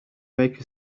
make